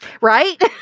right